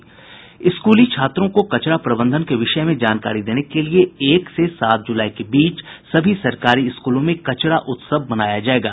स्कूली छात्रों को कचरा प्रबंधन के विषय में जानकारी देने के लिए एक से सात जुलाई के बीच सभी सरकारी स्कूलों में कचरा उत्सव मनाया जायेगा